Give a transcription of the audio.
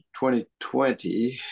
2020